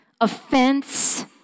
offense